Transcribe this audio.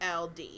LD